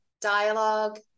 dialogue